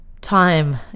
time